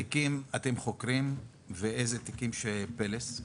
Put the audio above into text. איזה תיקים אתם חוקרים ואיזה תיקים של "פלס"?